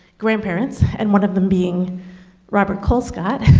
grandparents and one of them being robert colescott,